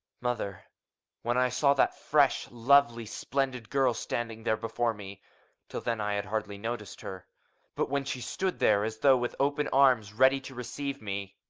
mother when i saw that fresh, lovely, splendid girl standing there before me till then i had hardly noticed her but when she stood there as though with open arms ready to receive me